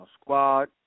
squad